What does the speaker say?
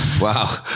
Wow